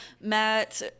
Matt